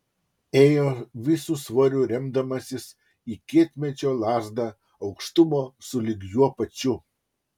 ėjo visu svoriu remdamasis į kietmedžio lazdą aukštumo sulig juo pačiu